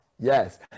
Yes